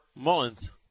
Mullins